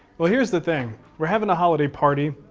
well, here's the thing. we're having a holiday party,